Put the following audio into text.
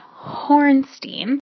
Hornstein